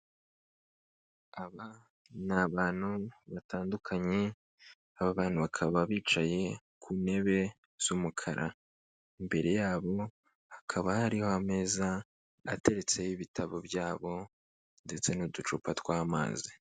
Aba ni bantu batandukanye, aba bantu bakaba bicaye ku ntebe z'umukara, imbere yabo hakaba hariho ameza ateretseho ibitabo byabo ndetse n'uducupa tw'amazi.